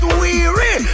weary